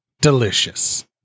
delicious